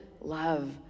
love